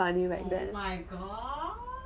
is like that my god